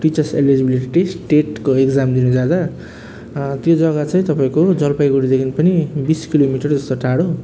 teachers eligibility test टेटको exam दिनु जाँदा त्यो जग्गा चाहिँ तपाईँको जलपाइगुडीदेखि पनि बिस किलोमिटर जस्तो टाढो